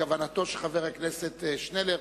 וכוונתו של חבר הכנסת שנלר,